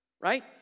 Right